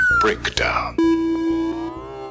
Breakdown